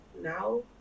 now